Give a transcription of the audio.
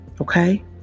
Okay